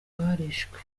barishwe